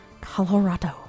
Colorado